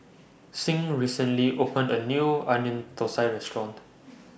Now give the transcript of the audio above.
Signe recently opened A New Onion Thosai Restaurant